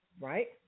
right